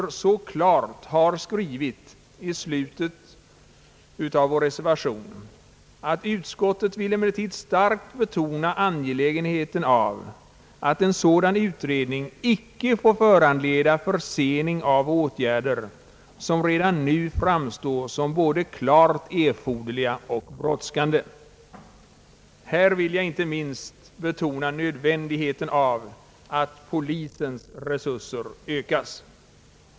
Vi skriver därför uttryckligen i slutet av vår reservation att vi starkt vill betona angelägenheten av att en sådan utredning icke får föranleda försening av åtgärder som redan nu framstår som både klart erforderliga och brådskande. Här vill jag inte minst betona nödvändigheten av att polisens resurser ökas.